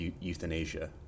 euthanasia